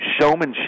showmanship